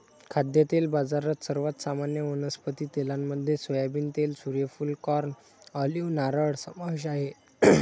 खाद्यतेल बाजारात, सर्वात सामान्य वनस्पती तेलांमध्ये सोयाबीन तेल, सूर्यफूल, कॉर्न, ऑलिव्ह, नारळ समावेश आहे